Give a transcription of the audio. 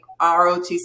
ROTC